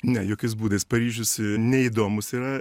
ne jokiais būdais paryžius neįdomus yra